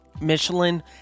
Michelin